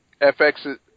FX